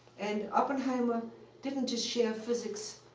and oppenheimer didn't just share physics.